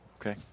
Okay